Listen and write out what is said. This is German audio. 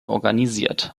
organisiert